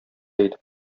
әйтеп